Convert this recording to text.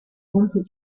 wanted